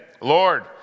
Lord